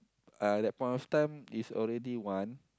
at that point of time is already one